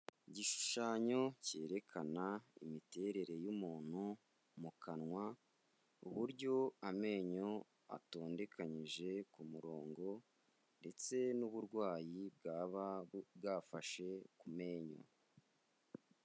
Igishushanyo cyerekana imiterere y'umuntu mu kanwa, uburyo amenyo atondekanyije ku murongo ndetse n'uburwayi bwaba bwafashe ku menyo.